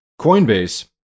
Coinbase